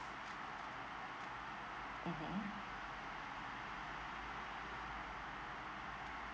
mmhmm